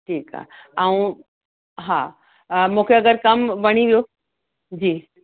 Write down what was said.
ठीकु आहे ऐं हा मूंखे अगरि कमु वणी वियो जी